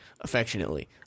affectionately